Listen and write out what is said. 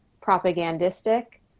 propagandistic